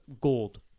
gold